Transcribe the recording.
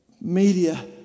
media